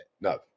no